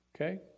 Okay